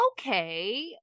okay